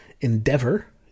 Endeavor